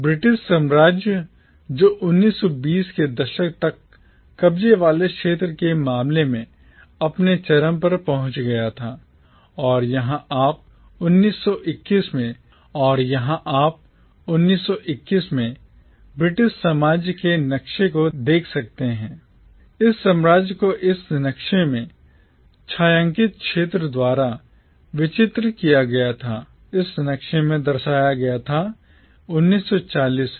British साम्राज्य जो 1920 के दशक तक कब्जे वाले क्षेत्र के मामले में अपने चरम पर पहुंच गया था और यहाँ आप 1921 में ब्रिटिश साम्राज्य के नक्शे को देख सकते हैं इस साम्राज्य को इस नक्शे में छायांकित क्षेत्र द्वारा चित्रित किया गया था इस नक्शे में दर्शाया गया था 1940 से